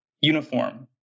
uniform